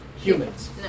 humans